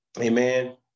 Amen